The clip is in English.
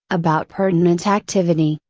about pertinent activity.